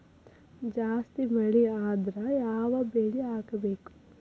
ಜಾಸ್ತಿ ಮಳಿ ಆದ್ರ ಯಾವ ಬೆಳಿ ಹಾಕಬೇಕು?